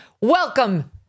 Welcome